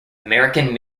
american